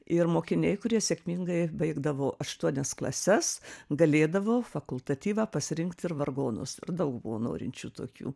ir mokiniai kurie sėkmingai baigdavo aštuonias klases galėdavo fakultatyvą pasirinkti ir vargonus daug buvo norinčių tokių